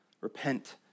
repent